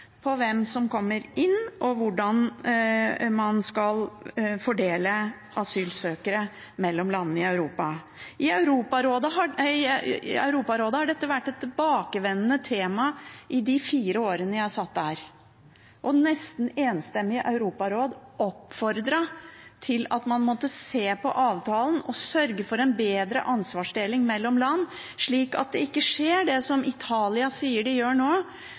på hvem som kommer inn, og hvordan man skal fordele asylsøkere mellom landene i Europa. I Europarådet har dette vært et tilbakevendende tema i de fire årene jeg satt der, og et nesten enstemmig europaråd oppfordret til at man måtte se på avtalen og sørge for en bedre ansvarsdeling mellom land, slik at det ikke skjer det som Italia sier de gjør nå,